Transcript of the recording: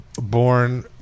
born